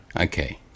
Okay